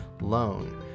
loan